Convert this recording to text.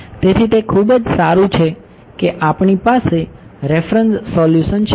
તેથી તે ખૂબ જ સારું છે કે આપણી પાસે રેફરન્સ સોલ્યુશન છે